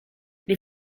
les